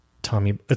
Tommy